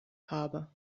habe